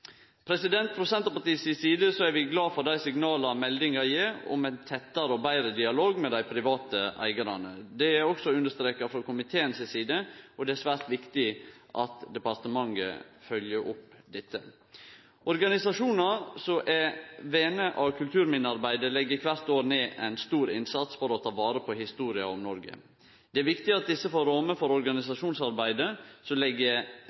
Frå Senterpartiet si side er vi glade for dei signala meldinga gjev om ein tettare og betre dialog med dei private eigarane. Det er også understreka frå komiteen si side, og det er svært viktig at departementet følgjer opp dette. Organisasjonar som er vener av kulturminnearbeidet, legg kvart år ned ein stor innsats for å ta vare på historia om Noreg. Det er viktig at desse også får rammer for organisasjonsarbeidet som legg til rette for vidare innsats. Her ynskjer eg